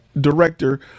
director